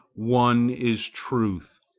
one is truth.